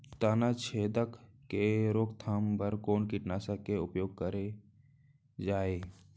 तनाछेदक के रोकथाम बर कोन कीटनाशक के उपयोग करे जाये?